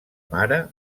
mare